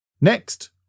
Next